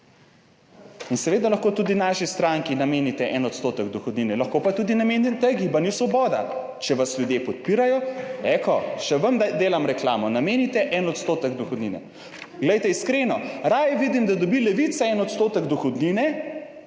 in seveda lahko tudi naši stranki namenite 1 % dohodnine. Lahko pa tudi namenite Gibanju Svoboda, če vas ljudje podpirajo, eko, še vam delam reklamo, namenite 1 % dohodnine. Glejte, iskreno, raje vidim, da dobi Levica 1 % dohodnine,